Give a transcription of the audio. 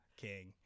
king